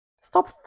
Stop